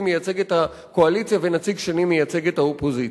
מייצג את הקואליציה ונציג שני מייצג את האופוזיציה.